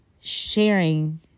sharing